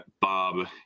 Bob